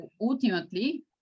ultimately